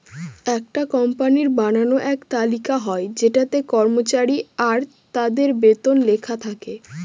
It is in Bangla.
একটা কোম্পানির বানানো এক তালিকা হয় যেটাতে কর্মচারী আর তাদের বেতন লেখা থাকে